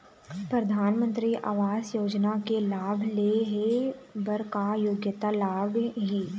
परधानमंतरी आवास योजना के लाभ ले हे बर का योग्यता लाग ही?